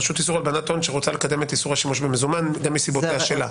רשות איסור הלבנת הון שרוצה לקדם את איסור השימוש במזומן מסיבותיה שלה.